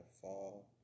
fall